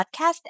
podcast